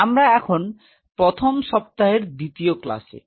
আমরা এখন প্রথম সপ্তাহের দ্বিতীয় ক্লাসে